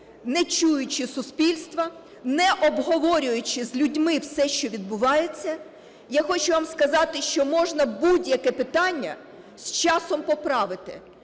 не чуючи суспільство, не обговорюючи з людьми все, що відбувається. Я хочу вам сказати, що можна будь-яке питання з часом поправити,